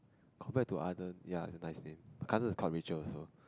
compare to other ya it's a nice name my cousin is called Richard also